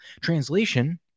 Translation